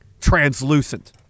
Translucent